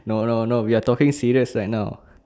no no no we are talking serious right now